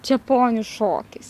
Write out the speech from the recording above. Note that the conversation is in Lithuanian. čia ponių šokis